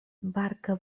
barca